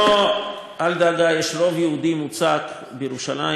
אל דאגה, יש רוב יהודי מוצק בירושלים,